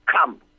Come